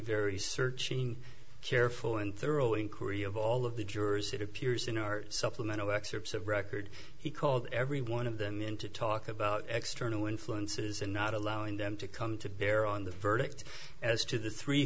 very searching careful and thorough inquiry of all of the jurors it appears in our supplemental excerpts of record he called every one of them into talk about external influences and not allowing them to come to bear on the verdict as to the three